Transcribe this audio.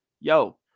yo